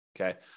Okay